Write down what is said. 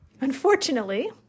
Unfortunately